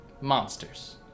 monsters